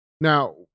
Now